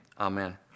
Amen